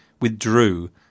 withdrew